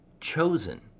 chosen